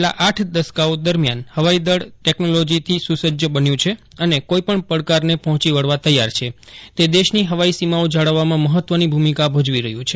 છેલ્લા આઠ દસકાઓ દરમિયાન હવાઈ દળ ટેકનોલોજીથી સુસજ્જ બન્યું છે અને કોઈપણ પડકારને પહોંચી વળવા તેયાર છે તે દેશની હવાઈ સીમાઓ જાળવવામાં મહત્વની ભૂમિકા ભજવી રહ્યું છે